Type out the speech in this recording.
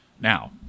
Now